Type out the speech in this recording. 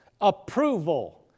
approval